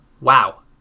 wow